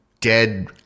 dead